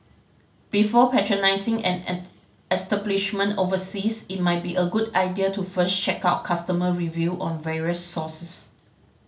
before patronising an and establishment overseas it might be a good idea to first check out customer review on various sources